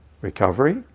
recovery